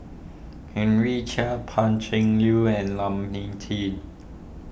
Henry Chia Pan Cheng Lui and Lam Min team